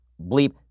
bleep